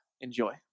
Enjoy